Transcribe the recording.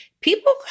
People